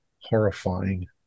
horrifying